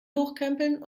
hochkrempeln